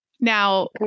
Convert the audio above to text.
Now